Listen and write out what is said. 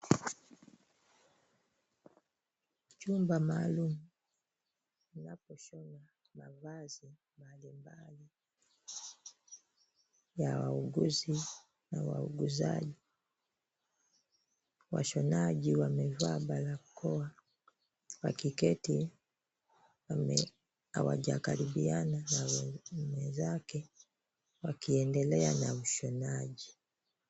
Chumba maalum unaposhonwa mavazi mbalimbali vya uguzi na wauguzaji. Washonaji wamevaa barakoa wakiketi hawajakaribiana na mwenzake wakiendelea na ushonaji.